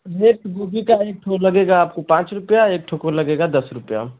rate गोभी का एक ठो लगेगा आपको पाँच रुपैया एक ठो को लगेगा दस रुपैया